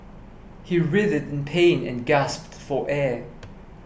he writhed in pain and gasped for air